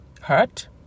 hurt